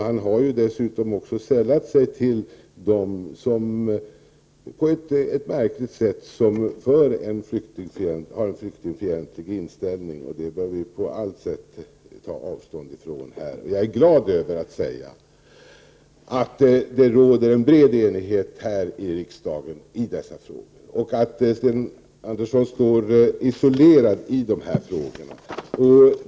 Han har dessutom sällat sig till dem som på ett märkligt sätt propagerar för en flyktingfientlig inställning, och det bör vi på allt sätt ta avstånd ifrån här. Jag är glad över att kunna säga att det råder en bred enighet här i riksdagen i dessa frågor och att Sten Andersson står isolerad i de här frågorna.